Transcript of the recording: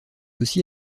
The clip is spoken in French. aussi